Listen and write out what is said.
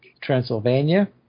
Transylvania